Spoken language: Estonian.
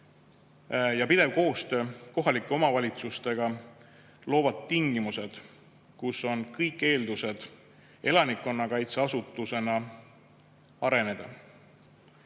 ja pidev koostöö kohalike omavalitsustega loovad tingimused, kus on kõik eeldused elanikkonnakaitseasutusena areneda.